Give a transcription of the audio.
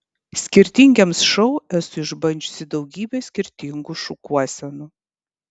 skirtingiems šou esu išbandžiusi daugybę skirtingų šukuosenų